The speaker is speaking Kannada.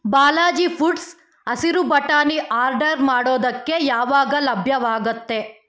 ಬಾಲಾಜಿ ಫುಡ್ಸ್ ಹಸಿರು ಬಟಾಣಿ ಆರ್ಡರ್ ಮಾಡೋದಕ್ಕೆ ಯಾವಾಗ ಲಭ್ಯವಾಗತ್ತೆ